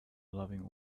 loving